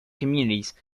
communities